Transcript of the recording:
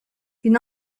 une